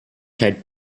had